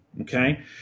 okay